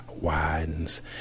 widens